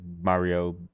Mario